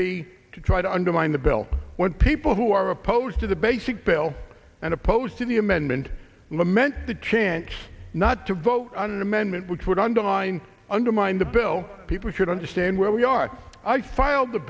be to try to undermine the bill when people who are opposed to the basic bill and opposed to the amendment lament the chance not to vote on an amendment which would undermine undermine the bill people should understand where we are i filed the